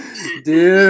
Dude